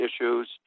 issues